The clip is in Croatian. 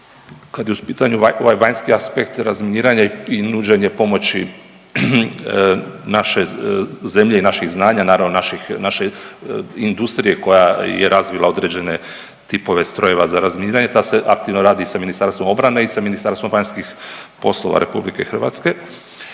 Kada je u pitanju ovaj vanjski aspekt razminiranja i nuđenje pomoći naše zemlje i naših znanja, naravno naše industrije koja je razvila određene tipove strojeva za razminiranje ta se aktivno radi i sa Ministarstvom obrane i sa Ministarstvom vanjskih poslova Republike Hrvatske.